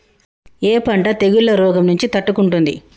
ఏ పంట తెగుళ్ల రోగం నుంచి తట్టుకుంటుంది?